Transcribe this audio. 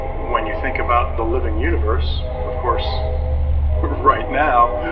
when you think about the living universe, of course right now,